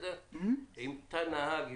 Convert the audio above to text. עם תא נהג,